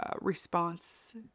response